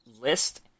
list